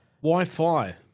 Wi-Fi